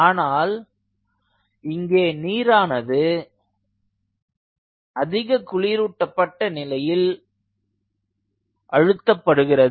ஆனால் இங்கே நீரானது அதிக குளிரூட்டப்பட்ட நிலையில் அழுத்தப்படுகிறது